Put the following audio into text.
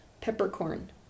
Peppercorn